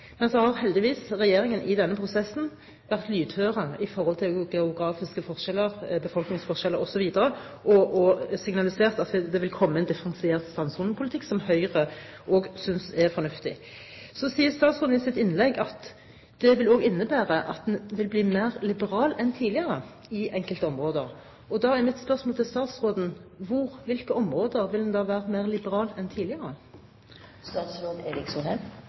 men heldigvis har regjeringen i denne prosessen vært lydhør for geografiske forskjeller, befolkningsforskjeller osv. og signalisert at det vil komme en differensiert strandsonepolitikk som også Høyre synes er fornuftig. Så sier statsråden i sitt innlegg at det vil også innebære at en vil bli mer liberal enn tidligere i enkelte områder. Da er mitt spørsmål til statsråden: I hvilke områder vil en bli mer liberal enn tidligere?